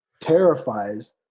terrifies